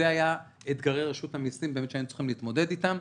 אלה היו אתגרי רשות המסים שהיינו צריכים להתמודד אתם.